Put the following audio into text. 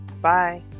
Bye